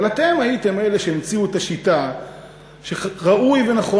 אבל אתם הייתם אלה שהמציאו את השיטה שראוי ונכון